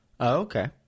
Okay